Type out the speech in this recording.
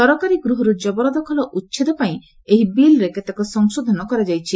ସରକାରୀ ଗୃହର୍ ଜବରଦଖଲ ଉଚ୍ଛେଦ ପାଇଁ ଏହି ବିଲ୍ରେ କେତେକ ସଂଶୋଧନ କରାଯାଇଛି